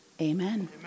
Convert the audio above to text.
Amen